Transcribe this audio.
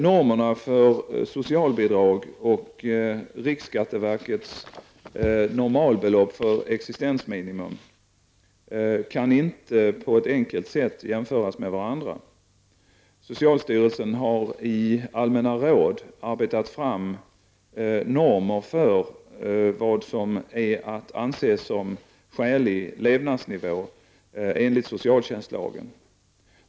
Normerna för socialbidrag och riksskatteverkets normalbelopp för existensminimum kan inte på ett enkelt sätt jämföras med varandra. Socialstyrelsen har i allmänna råd arbetat fram normer för vad som är att anse som skälig levnadsnivå enligt socialtjänstlagen.